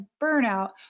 burnout